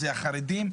החרדים.